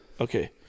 okay